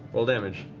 roll damage.